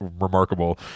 remarkable